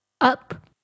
Up